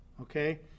okay